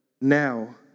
now